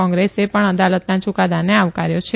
કોંગ્રેસે પણ અદાલતના યુકાદાને આવકાર્યો છે